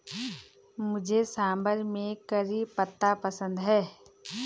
मुझे सांभर में करी पत्ता पसंद है